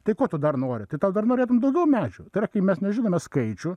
tai ko tu dar nori tai tau dar norėtum daugiau medžių tai yra kai mes nežinome skaičių